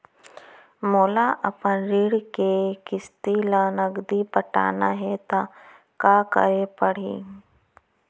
मोला अपन ऋण के किसती ला नगदी पटाना हे ता का करे पड़ही?